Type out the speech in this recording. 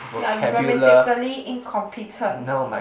you're grammatically incompetent